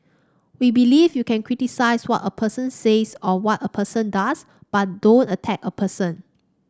we believe you can criticise what a person says or what a person does but don't attack a person